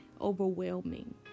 overwhelming